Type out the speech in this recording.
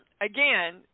again